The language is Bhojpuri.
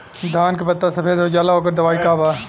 धान के पत्ता सफेद हो जाला ओकर दवाई का बा?